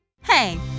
hey